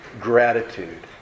Gratitude